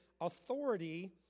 authority